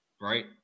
right